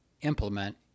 implement